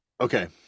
Okay